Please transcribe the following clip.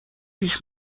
پیش